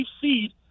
seed